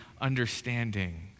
understanding